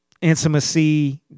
intimacy